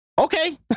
okay